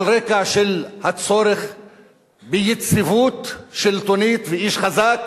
על רקע של הצורך ביציבות שלטונית ואיש חזק